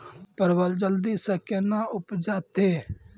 परवल जल्दी से के ना उपजाते?